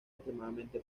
extremadamente